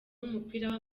w’umupira